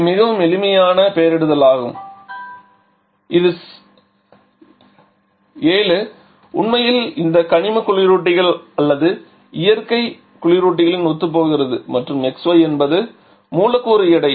இது மிகவும் எளிமையான பெயரிடுதலாகும் இது 7 உண்மையில் இந்த கனிம குளிரூட்டிகள் அல்லது இயற்கை குளிரூட்டிகளுடன் ஒத்துப்போகிறது மற்றும் xy என்பது மூலக்கூறு எடை